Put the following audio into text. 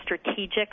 strategic